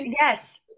yes